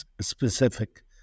specific